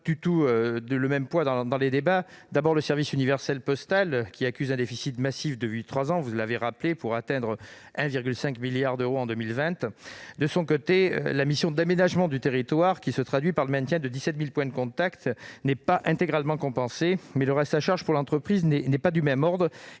du tout le même poids dans le débat. Le service universel postal accuse un déficit massif depuis trois ans, porté à 1,5 milliard d'euros en 2020. Quant à la mission d'aménagement du territoire, qui se traduit par le maintien de 17 000 points de contact, elle n'est pas intégralement compensée. Mais le reste à charge pour l'entreprise n'est pas du même ordre